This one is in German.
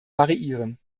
variieren